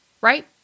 right